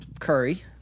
Curry